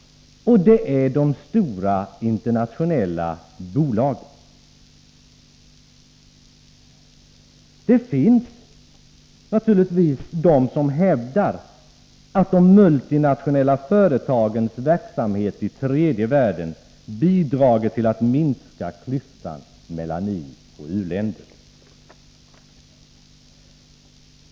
Det är de stora internationella bolagen. Det finns naturligtvis de som hävdar att de multinationella företagens verksamhet i tredje världen bidrar till att minska klyftan mellan ioch u-länder.